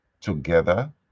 together